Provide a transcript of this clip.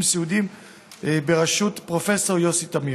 סיעודיים בראשות פרופ' יוסי תמיר.